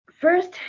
first